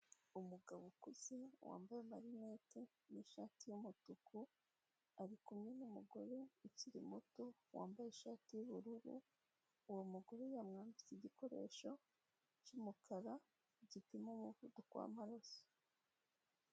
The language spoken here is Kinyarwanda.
Umugabo ukuze wambaye amarinete n'ishati y'umutuku arikumwe n'umugore ukiri muto wambaye ishati y'ubururu uwo mugore yamwambitse igikoresho cy'umukara gipima umuvuduko w'amaraso.